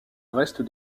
reste